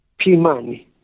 Pimani